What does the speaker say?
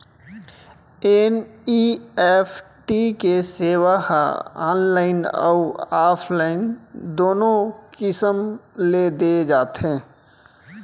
NEFT के सेवा ह ऑनलाइन अउ ऑफलाइन दूनो किसम ले दे जाथे